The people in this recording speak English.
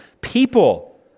people